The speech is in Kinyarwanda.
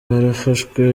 barafashwe